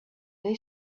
they